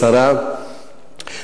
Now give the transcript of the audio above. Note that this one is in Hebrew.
כבוד השרה,